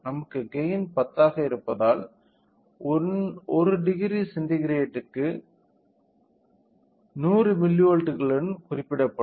நமக்கு கெய்ன் 10 ஆக இருப்பதால் 10C என்பது 100 மில்லிவோல்ட்டுகளுடன் குறிப்பிடப்படும்